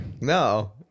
No